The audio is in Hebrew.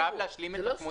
אני חייב להשלים את התמונה.